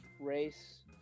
race